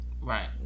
Right